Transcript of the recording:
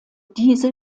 diese